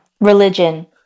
Religion